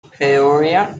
peoria